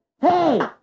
Hey